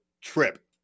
trip